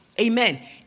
Amen